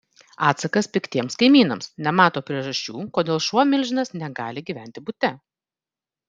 atsakas piktiems kaimynams nemato priežasčių kodėl šuo milžinas negali gyventi bute